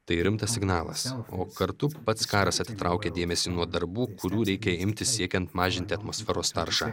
tai rimtas signalas o kartu pats karas atitraukia dėmesį nuo darbų kurių reikia imtis siekiant mažinti atmosferos taršą